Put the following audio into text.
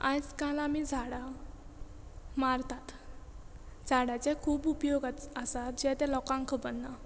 आयज काल आमी झाडां मारतात झाडाचे खूब उपयोग आसा जे ते लोकांक खबर ना